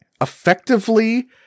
effectively